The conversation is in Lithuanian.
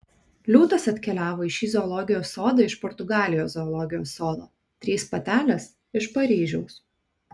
liūtas atkeliavo į šį zoologijos sodą iš portugalijos zoologijos sodo trys patelės iš paryžiaus